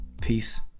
Peace